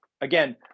again